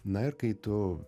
na ir kai tu